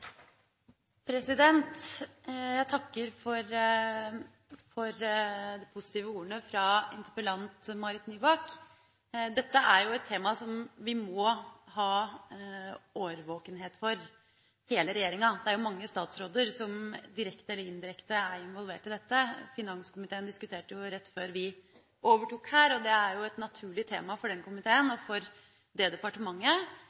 jo et tema som vi må ha årvåkenhet for – hele regjeringa. Det er jo mange statsråder som, direkte eller indirekte, er involvert i dette. Finanskomiteen diskuterte rett før vi overtok her – det er jo et naturlig tema for den komiteen